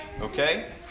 okay